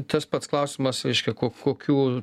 tas pats klausimas reiškia ko kokių